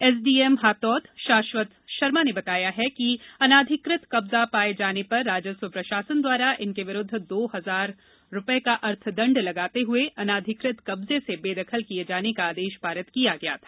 SDM Hatod Shashwat Sharma ने बताया कि अनाधिकृत कब्जा पाये जाने पर राजस्व प्रशासन द्वारा इनके विरुद्ध दो हज़ार रुपये का अर्थदंड लगाते हुए अनाधिकृत कब्जे से बेदखल किए जाने का आदेश पारित किया गया था